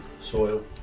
soil